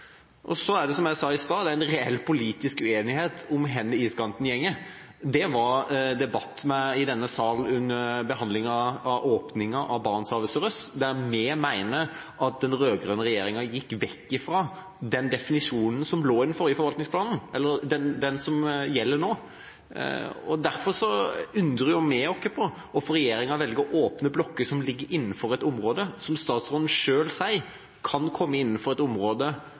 Så er det, som jeg sa i stad, en reell politisk uenighet om hvor iskanten går. Det var det debatt om i denne salen under behandlinga av åpninga av Barentshavet sørøst, der vi mener at den rød-grønne regjeringa gikk vekk fra den definisjonen som ligger i den forvaltningsplanen som gjelder nå. Derfor undrer vi oss på hvorfor regjeringa velger å åpne blokker som ligger innenfor et område som statsråden selv sier kan komme innenfor et område